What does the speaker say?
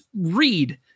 read